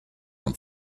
own